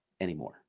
anymore